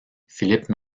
philippe